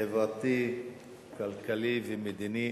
החברתי, הכלכלי והמדיני.